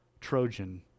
Trojan